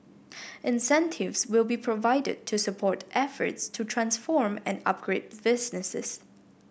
incentives will be provided to support efforts to transform and upgrade businesses